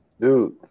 dude